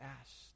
asked